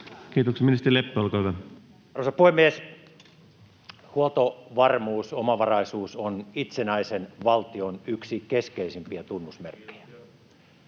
liik) Time: 16:03 Content: Arvoisa puhemies! Huoltovarmuus, omavaraisuus on itsenäisen valtion yksi keskeisimpiä tunnusmerkkejä.